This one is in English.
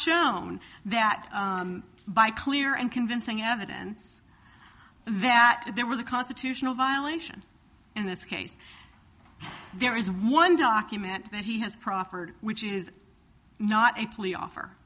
shown that by clear and convincing evidence that there was a constitutional violation in this case there is one document that he has proffered which is not a plea offer